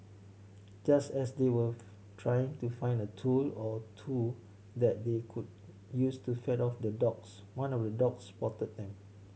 just as they were trying to find a tool or two that they could use to fend off the dogs one of the dogs spotted them